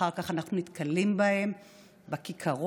ואחר כך אנחנו נתקלים בהם בכיכרות,